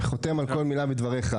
חותם על כל מילה בדבריך.